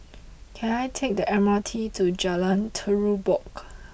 can I take the M R T to Jalan Terubok